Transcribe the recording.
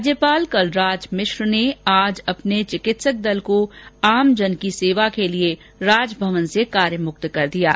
राज्यपाल कलराज मिश्र ने आज अपने चिकित्सक दल को आज आमजन की सेवा के लिए राजभवन से कार्यमुक्त कर दिया है